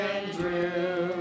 Andrew